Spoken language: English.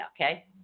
okay